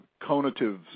conative